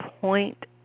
point